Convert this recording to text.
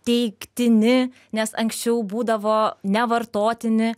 teiktini nes anksčiau būdavo nevartotini